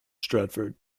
stratford